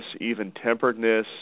even-temperedness